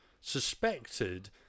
suspected